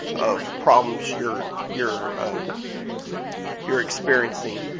of problems you're you're you're experiencing.